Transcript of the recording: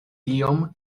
tiom